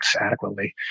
adequately